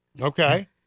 Okay